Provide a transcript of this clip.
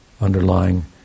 underlying